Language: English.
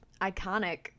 iconic